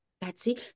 betsy